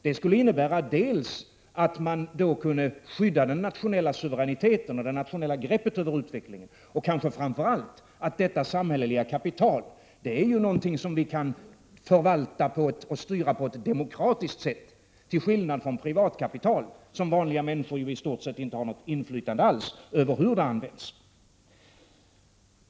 Det skulle innebära dels att man kunde skydda den nationella suveräniteten och det nationella greppet över utvecklingen, dels — och kanske framför allt — att man kunde förvalta och styra detta samhälleliga kapital på ett demokratiskt sätt, till skillnad från privat kapital, som vanliga människor i stort sett inte alls har något inflytande över hur det används.